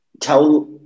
tell